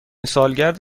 سالگرد